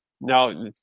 now